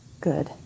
Good